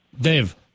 Dave